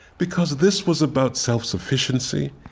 because this was about self-sufficiency.